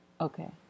Okay